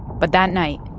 but that night,